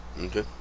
Okay